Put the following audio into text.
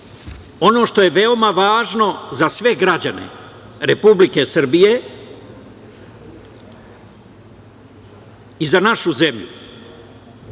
ono što je veoma važno za sve građane Republike Srbije i za našu zemlju,